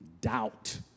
doubt